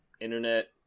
internet